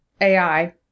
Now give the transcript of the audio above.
AI